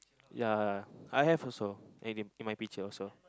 ya I have also as in in my picture also